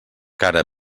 cara